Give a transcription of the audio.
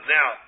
Now